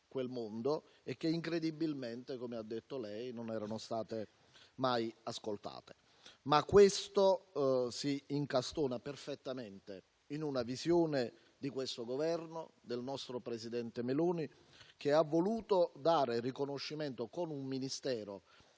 quel mondo e che incredibilmente, come ha detto lei, non erano state mai ascoltate. Questo, tuttavia, si incastona perfettamente nella visione del Governo, del nostro presidente Meloni, che ha voluto dare riconoscimento con un Ministero